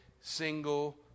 single